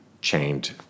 chained